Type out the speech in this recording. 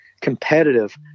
competitive